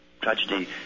Tragedy